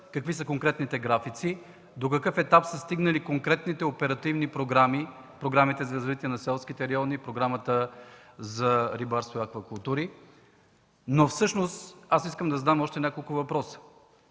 какви са конкретните графици, до какъв етап са стигнали конкретните оперативни програми – Програмата за развитие на селските райони, Програмата за рибарство и аквакултури? Всъщност искам да задам още няколко въпроса: